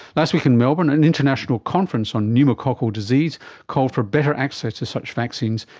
last week in melbourne an international conference on pneumococcal disease called for better access to such vaccines,